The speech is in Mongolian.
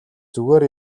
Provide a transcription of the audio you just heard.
зүгээр